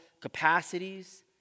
capacities